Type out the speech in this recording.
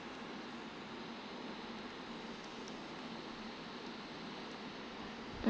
mm